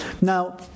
Now